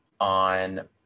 on